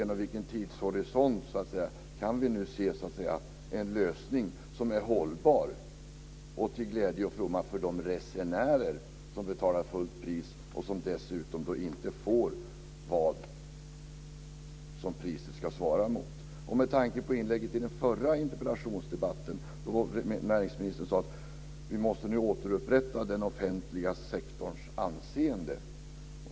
På vilken tidshorisont kan vi se en lösning som är hållbar och till glädje och fromma för de resenärer som betalar fullt pris men som inte får det som priset ska svara mot? I den förra interpellationsdebatten sade näringsministern att vi nu måste återupprätta den offentliga sektorns anseende.